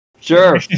Sure